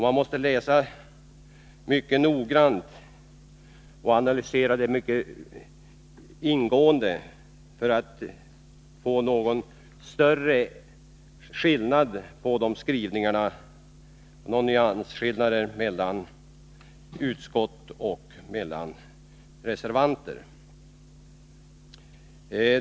Man måste läsa reservationen mycket noggrant och mycket ingående analysera den för att få fram någon större nyansskillnad mellan utskottets och reservanternas skrivning.